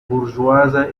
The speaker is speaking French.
bourgeoise